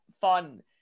fun